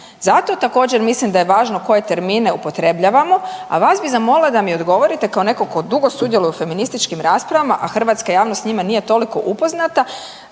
Zato također mislim da je važno koje termine upotrebljavamo. A vas bi zamolila da mi odgovorite kao netko tko dugo sudjeluje u feminističkim raspravama, a hrvatska javnost s njima nije toliko upoznata,